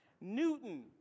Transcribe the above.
Newton